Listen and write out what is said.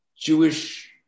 Jewish